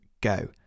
go